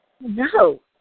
No